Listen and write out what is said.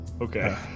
Okay